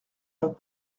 n’ont